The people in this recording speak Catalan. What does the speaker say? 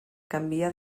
canviar